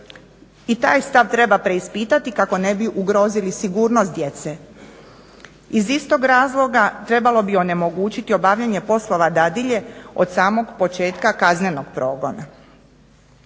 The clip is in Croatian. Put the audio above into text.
i taj stav treba preispitati kako ne bi ugrozili sigurnost djece. Iz istog razloga trebalo bi onemogućiti obavljanje poslova dadilje od samog početka kaznenog progona.